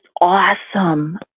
awesome